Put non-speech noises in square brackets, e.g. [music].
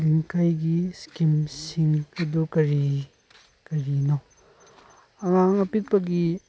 [unintelligible] ꯁ꯭ꯀꯤꯝꯁꯤꯡ ꯑꯗꯨ ꯀꯔꯤ ꯀꯔꯤꯅꯣ ꯑꯉꯥꯡ ꯑꯄꯤꯛꯄꯒꯤ